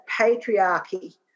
patriarchy